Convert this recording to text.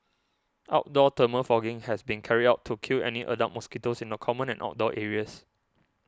outdoor thermal fogging has been carried out to kill any adult mosquitoes in the common and outdoor areas